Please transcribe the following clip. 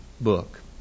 book